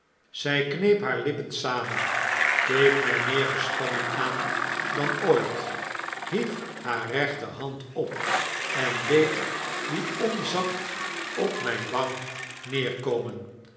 zy kneep jiaar lippen samen keek mij meer gespannen aan dan ooit hief haar rechterhand op en deed die onzacht op myn wang